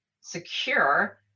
secure